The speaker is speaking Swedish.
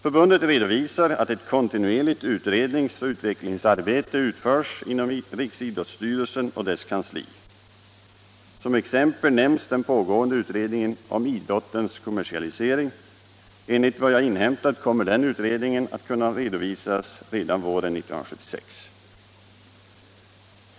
Förbundet redovisar att ett kontinuerligt utredningsoch utvecklingsarbete utförs inom riksidrottsstyrelsen och dess kansli. Som exempel nämns den pågående utredningen om idrottens kommersialisering. Enligt vad jag har inhämtat kommer den utredningen att kunna redovisas redan våren 1976.